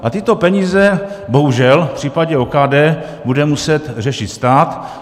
A tyto peníze bohužel v případě OKD bude muset řešit stát.